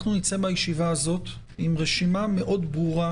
אנחנו נצא מהישיבה הזאת עם רשימה מאוד ברורה.